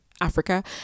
Africa